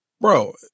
bro